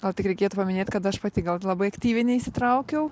gal tik reikėtų paminėt kad aš pati gal labai aktyviai neįsitraukiau